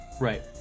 Right